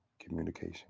communication